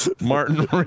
martin